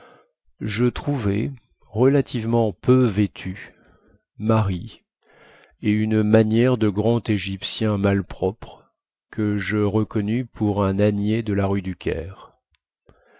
je trouvai relativement peu vêtus marie et une manière de grand égyptien malpropre que je reconnus pour un ânier de la rue du caire